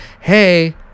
Hey